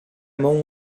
mão